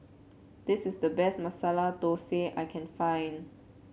this is the best Masala Dosa I can find